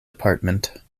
apartment